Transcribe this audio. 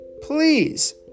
please